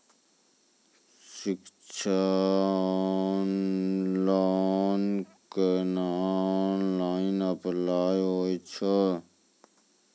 शिक्षा लोन केना online apply होय छै?